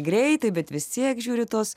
greitai bet vis tiek žiūri tos